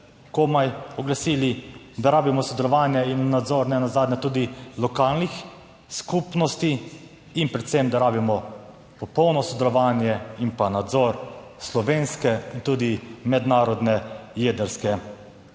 komaj oglasili. Da rabimo sodelovanje in nadzor, ne nazadnje tudi lokalnih skupnosti in predvsem, da rabimo popolno sodelovanje in pa nadzor slovenske in tudi mednarodne jedrske